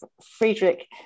Friedrich